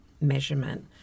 measurement